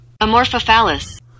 Amorphophallus